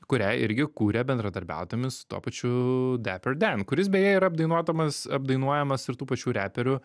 kurią irgi kūrė bendradarbiaudami su tuo pačiu deper dan kuris beje yra apdainuodamas apdainuojamas ir tų pačių reperių